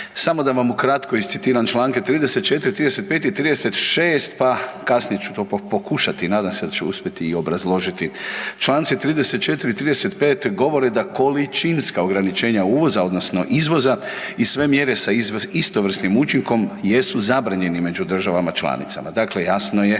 Samo da vam ukratko iscitiram članke 34., 35. i 36. pa kasnije ću to pokušati i nadam se da ću uspjeti i obrazložiti. Članci 34., 35. govore da količinska ograničenja uvoza odnosno izvoza i sve mjere sa istovrsnim učinkom jesu zabranjeni među državama članicama. Dakle, jasno je